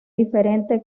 diferente